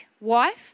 wife